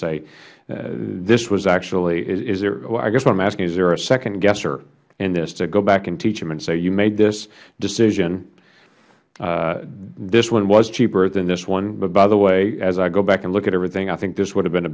say this was actually i guess what i am asking is is there a second guesser in this to go back and teach them and say you made this decision this one was cheaper than this one but by the way as i go back and look at everything i think this would have been a